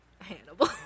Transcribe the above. Hannibal